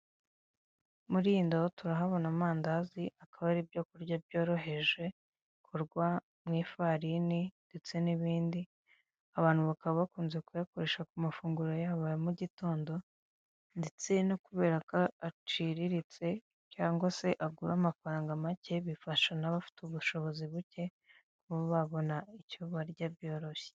Muri iyi ndobo turahabona amandazi, akaba ari ibyo kurya byoroheje, bikorwa mu ifarini ndetse n'ibindi, abantu bakaba bakunze kuyakoresha ku mafunguro yabo ya mu gitondo ndetse no kubera ko aciriritse cyangwa se agura amafaranga make, bifasha n'abafite ubushobozi buke, kuba babona icyo barya byoroshye.